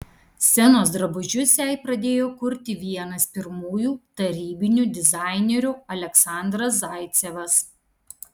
scenos drabužius jai pradėjo kurti vienas pirmųjų tarybinių dizainerių aleksandras zaicevas